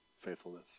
faithfulness